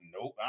nope